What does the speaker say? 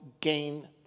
gain